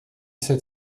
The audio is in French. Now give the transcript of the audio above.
sept